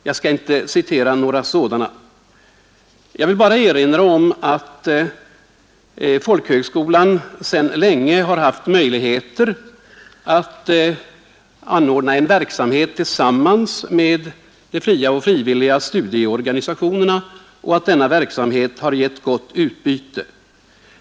Jag skall inte citera några sådana; jag vill bara påminna om att folkhögskolan sedan länge har haft möjlighet att verka tillsammans med de fria och frivilliga studieorganisationerna och att denna verksamhet har gett gott utbyte.